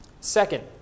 Second